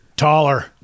Taller